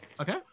Okay